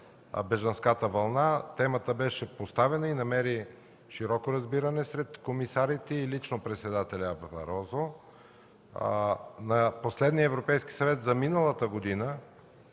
бежанската вълна, темата беше поставена и намери широко разбиране сред комисарите и лично председателят Барозу. На последния Европейски съвет миналата година,